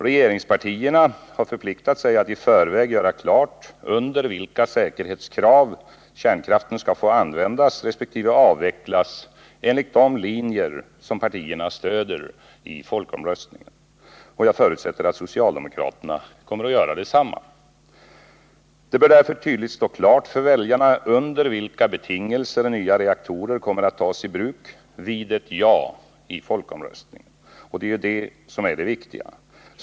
Regeringspartierna har förpliktat sig att i förväg göra klart under vilka säkerhetskrav kärnkraften skall få användas resp. avvecklas enligt de riktlinjer som partierna stöder i folkomröstningen. Jag förutsätter att socialdemokraterna kommer att göra detsamma. Det bör därför tydligt stå klart för väljarna under vilka betingelser nya reaktorer kommer att tas i bruk vid ett ja i folkomröstningen. Detta är det viktiga.